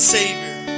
Savior